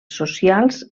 socials